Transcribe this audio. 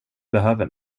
behöver